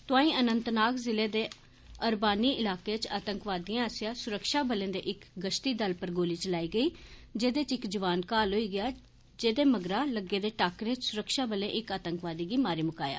तोआई अनंतनाग ज़िले दे अरवानी इलाके च आतंकवादिएं आस्सेआ सुरक्षा बनें दे इक गष्ती दल पर गोली चलाई गेई जेह्दे च इक जवान घायल होई गेआ मगरा लग्गे दे टाकरे च सुरक्षाबलें इक आतंकवादी गी मारी मकाया